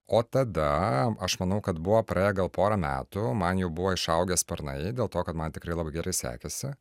o tada aš manau kad buvo praėję gal porą metų man jau buvo išaugę sparnai dėl to kad man tikrai labai gerai sekėsi